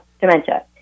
dementia